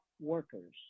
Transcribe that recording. workers